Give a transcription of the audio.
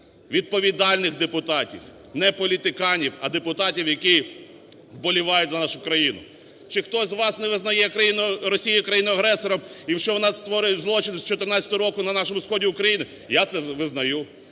відповідальних депутатів, не політиканів, а депутатів, які вболівають за нашу країну, чи хтось з вас не визнає Росію країною-агресором і, що вона створює злочин з 2014 року на нашому сході України? Я це визнаю.